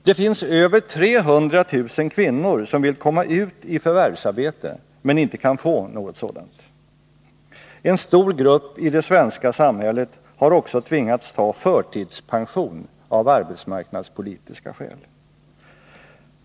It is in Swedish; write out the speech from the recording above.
Det finns över 300 000 kvinnor som vill komma ut i förvärvsarbete men som inte kan få något sådant. En stor grupp i det svenska samhället har också tvingats ta förtidspension av arbetsmarknadspolitiska skäl.